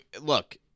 Look